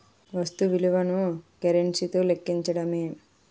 వస్తు విలువను కరెన్సీ తో లెక్కించడమే